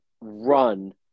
run